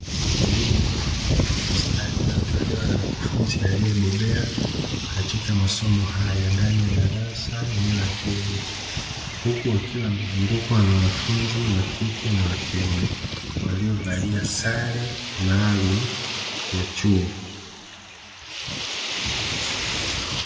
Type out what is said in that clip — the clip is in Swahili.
Elimu ya mafunzo ya ufundi stadi inayotolewa na mkufunzi aliyebobea katika masomo hayo ndani ya darasa eneo la chuo hicho, huku wakiwa wamezungukwa na wanafunzi wa kike na wakiume waliovalia sare maalumu ya chuo.